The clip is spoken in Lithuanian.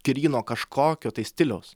gryno kažkokio tai stiliaus